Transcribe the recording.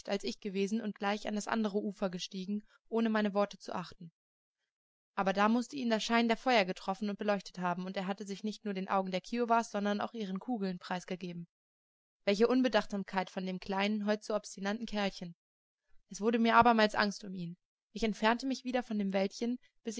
als ich gewesen und gleich an das andere ufer gestiegen ohne auf meine worte zu achten aber da mußte ihn der schein der feuer getroffen und beleuchtet haben und er hatte sich nicht nur den augen der kiowas sondern auch ihren kugeln preisgegeben welche unbedachtsamkeit von dem kleinen heut so obstinaten kerlchen es wurde mir abermals angst um ihn ich entfernte mich wieder von dem wäldchen